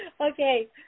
Okay